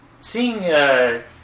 seeing